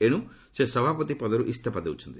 ଏଣୁ ସେ ସଭାପତି ପଦରୁ ଇସ୍ତଫା ଦେଉଛନ୍ତି